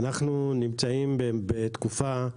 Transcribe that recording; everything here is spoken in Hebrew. אנחנו נמצאים בתקופה,